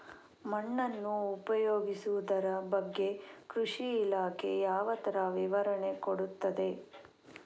ಮಣ್ಣನ್ನು ಉಪಯೋಗಿಸುದರ ಬಗ್ಗೆ ಕೃಷಿ ಇಲಾಖೆ ಯಾವ ತರ ವಿವರಣೆ ಕೊಡುತ್ತದೆ?